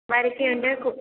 വരട്ടി ഉണ്ട് കുക്ക്